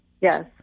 Yes